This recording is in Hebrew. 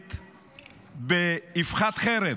מחליט באבחת חרב